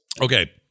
Okay